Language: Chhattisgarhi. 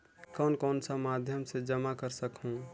कौन कौन सा माध्यम से जमा कर सखहू?